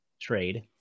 trade